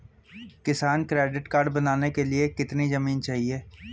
किसान credit card बनाने के लिए कितनी जमीन चाहिए?